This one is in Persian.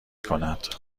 کند